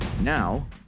Now